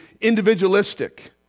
individualistic